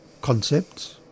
concepts